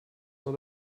not